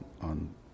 on